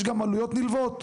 יש גם עלויות נלוות,